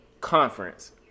conference